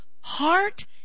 heart